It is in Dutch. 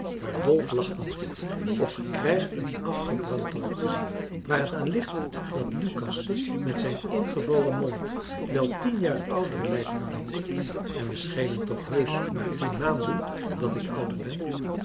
maar dolf lacht niet of ge krijgt een afgebrand dorp te zien waar het aan ligt dat lucas met zijn ingevallen mond wel tien jaar ouder lijkt dan ik en we schelen toch heusch maar tien maanden dat ik ouder ben